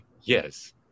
Yes